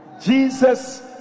Jesus